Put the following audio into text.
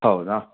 ಹೌದಾ